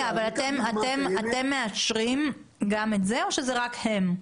אתם מאשרים גם את זה או שזה רק הם?